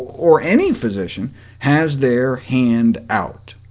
or any physician has their hand out.